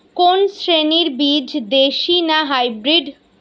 কোন শ্রেণীর বীজ দেশী না হাইব্রিড?